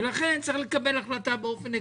לכן צריך לקבל החלטה באופן עקרוני,